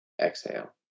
exhale